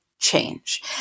change